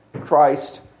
Christ